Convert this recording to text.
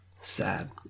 Sad